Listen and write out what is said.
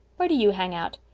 where do you hang out?